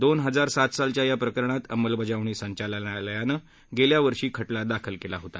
दोन हजार सात सालच्या या प्रकरणात अंमलबजावणी संचालनालयानं गेल्या वर्षी खटला दाखल केला होता